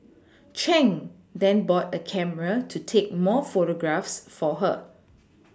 Chang then bought a camera to take more photographs for her